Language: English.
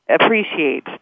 appreciate